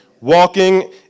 Walking